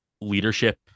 leadership